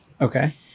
Okay